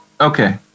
okay